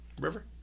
river